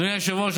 אדוני היושב-ראש,